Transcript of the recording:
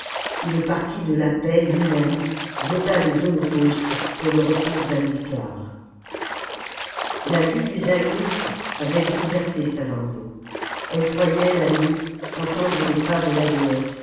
et le parti de la paix lui-même vota des holocaustes pour le retour d'hamilcar la vue du zaïmph avait bouleversé salammbô elle croyait la nuit entendre les pas de la